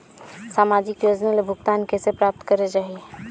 समाजिक योजना ले भुगतान कइसे प्राप्त करे जाहि?